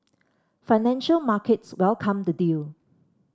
financial markets welcomed the deal